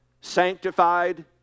sanctified